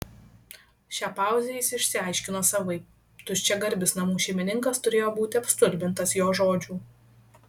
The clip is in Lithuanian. šią pauzę jis išsiaiškino savaip tuščiagarbis namų šeimininkas turėjo būti apstulbintas jo žodžių